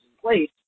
place